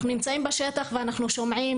אנחנו נמצאים בשטח ואנחנו שומעים